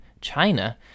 China